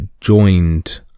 joined